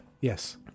yes